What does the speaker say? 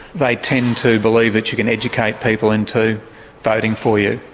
they tend to believe that you can educate people into voting for you,